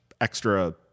extra